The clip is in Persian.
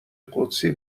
قدسی